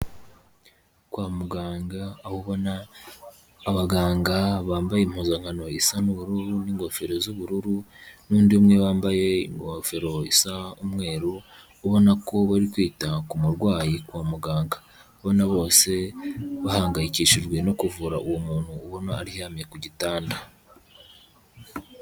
Kwa muganga aho ubona abaganga bambaye impuzankano isa n'ubururu n'ingofero z'ubururu n'undi umwe wambaye ingofero isa umweru, ubona ko bari kwita ku murwayi kwa muganga, ubona bose bahangayikishijwe no kuvura uwo muntu ubona aryamye ku gitanda.